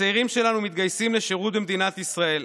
הצעירים שלנו מתגייסים לשירות במדינת ישראל,